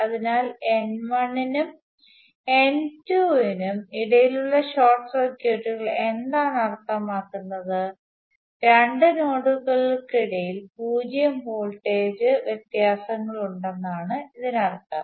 അതിനാൽ n1 നും n2 നും ഇടയിലുള്ള ഷോർട്ട് സർക്യൂട്ടുകൾ എന്താണ് അർത്ഥമാക്കുന്നത് രണ്ട് നോഡുകൾക്കിടയിൽ പൂജ്യം വോൾട്ടേജ് വ്യത്യാസങ്ങളുണ്ടെന്നാണ് ഇതിനർത്ഥം